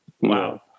Wow